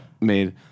made